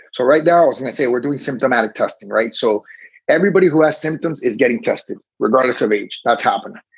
so right now, as and i say, we're doing symptomatic testing. right. so everybody who has symptoms is getting tested regardless of age. that's happening.